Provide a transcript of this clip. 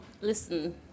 Listen